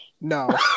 No